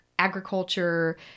agriculture